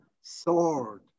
sword